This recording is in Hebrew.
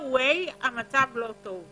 בכל מקרה, המצב לא טוב.